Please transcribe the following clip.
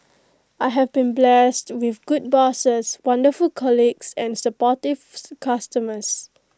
I have been blessed with good bosses wonderful colleagues and supportive customers